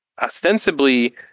ostensibly